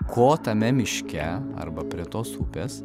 ko tame miške arba prie tos upės